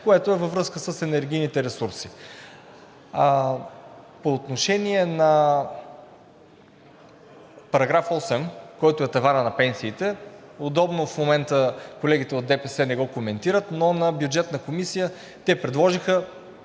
което е във връзка с енергийните ресурси. По отношение на § 8, който е таванът на пенсиите, удобно в момента колегите от ДПС не го коментират, но на Бюджетната комисия те предложиха